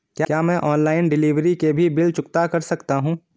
क्या मैं online delivery के भी बिल चुकता कर सकता हूँ?